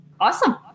awesome